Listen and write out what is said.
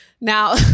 Now